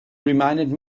reminded